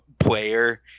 player